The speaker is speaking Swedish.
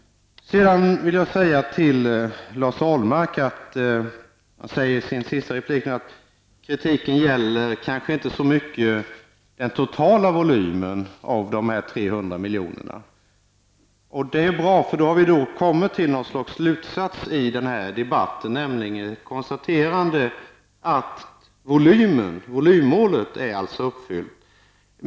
Lars Ahlmark säger i sin sista replik att kritiken kanske inte gäller så mycket den totala volymen av dessa 300 miljoner, och det är bra för då har vi kommit till något slags slutsats i den här debatten, nämligen ett konstaterande att volymmålet är uppfyllt.